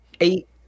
eight